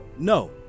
No